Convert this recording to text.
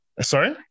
sorry